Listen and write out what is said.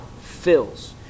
fills